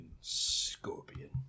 Scorpion